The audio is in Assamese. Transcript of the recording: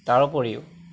তাৰ উপৰিও